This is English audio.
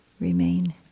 remain